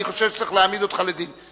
אני חושב שצריך להעמיד אותך לדין.